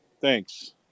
thanks